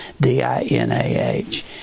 D-I-N-A-H